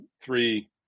three